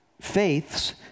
faiths